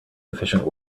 efficient